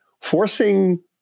forcing